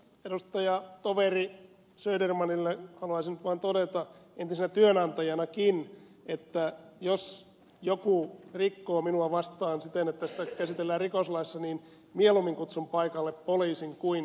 edustajatoveri södermanille haluaisin nyt vaan todeta entisenä työnantajanakin että jos joku rikkoo minua vastaan siten että sitä käsitellään rikoslaissa niin mieluummin kutsun paikalle poliisin kuin työnantajan